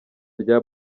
rya